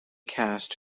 cast